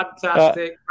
Fantastic